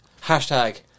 Hashtag